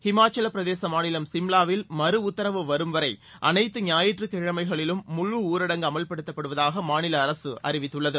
ஹிமாசல பிரதேச மாநிலம் சிம்லாவில் மறு உத்தரவு வரும்வரை அனைத்து ஞாயிற்றக் கிழமைகளிலும் முழு ஊரடங்கு அமவ்படுத்தப்படுவதாக மாநில அரசு தெரிவித்துள்ளது